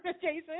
Jason